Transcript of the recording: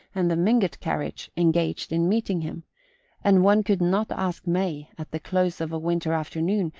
and the mingott carriage engaged in meeting him and one could not ask may, at the close of a winter afternoon,